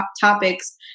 topics